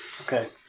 Okay